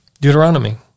Deuteronomy